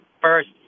First